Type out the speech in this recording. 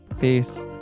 Peace